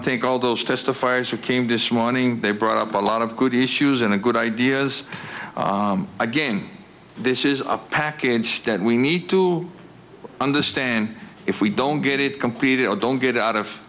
to take all those testifiers became disappointing they brought up a lot of good issues and a good ideas again this is a package that we need to understand if we don't get it completed or don't get out of